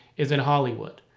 is in hollywood.